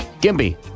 Gimby